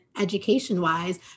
education-wise